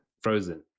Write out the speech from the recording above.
Frozen